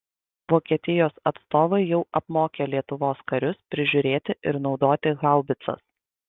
vokietijos atstovai jau apmokė lietuvos karius prižiūrėti ir naudoti haubicas